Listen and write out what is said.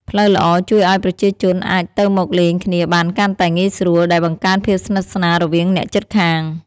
ផ្លូវល្អជួយឲ្យប្រជាជនអាច ទៅមកលេងគ្នាបានកាន់តែងាយស្រួល ដែលបង្កើនភាពស្និទ្ធស្នាលរវាងអ្នកជិតខាង។